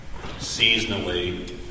seasonally